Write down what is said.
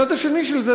הצד השני של זה,